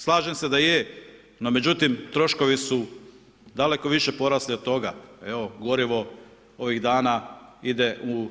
Slažem se da je no međutim, troškovi su daleko više porasli od toga, evo gorivo ovih dana ide u